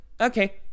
okay